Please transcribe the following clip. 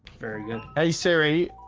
very good. hey, siri,